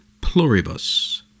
pluribus